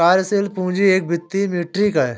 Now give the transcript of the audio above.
कार्यशील पूंजी एक वित्तीय मीट्रिक है